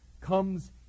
comes